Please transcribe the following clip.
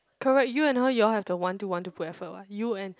correct you and her you all have the want to want to put effort [what] you and